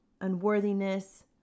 unworthiness